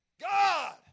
God